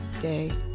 day